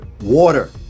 Water